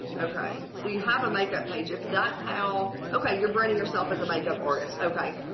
okay! so you have a make up page if that's how. okay you're branding yourself as a makeup artist, okay.